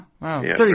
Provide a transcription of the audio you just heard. Wow